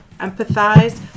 empathize